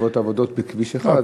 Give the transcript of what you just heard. בעקבות עבודות בכביש 1,